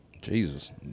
Jesus